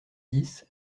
dix